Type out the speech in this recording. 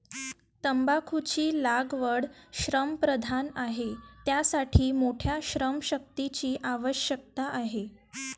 तंबाखूची लागवड श्रमप्रधान आहे, त्यासाठी मोठ्या श्रमशक्तीची आवश्यकता आहे